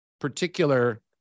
particular